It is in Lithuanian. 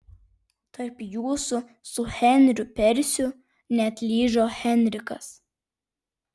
tarp jūsų su henriu persiu neatlyžo henrikas